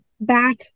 back